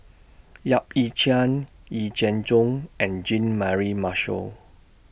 Yap Ee Chian Yee Jenn Jong and Jean Mary Marshall